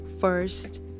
first